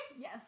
Yes